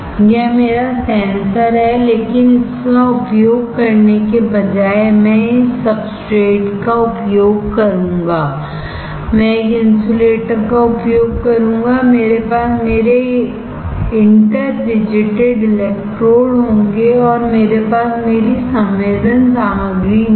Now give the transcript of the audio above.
यह मेरा सेंसर है लेकिन इसका उपयोग करने के बजाय मैं इस सब्सट्रेटका उपयोग करूंगा मैं एक इन्सुलेटर का उपयोग करूंगा मेरे पास मेरे इंटर डिजिटेड इलेक्ट्रोड होंगे और मेरे पास मेरी संवेदन सामग्री होगी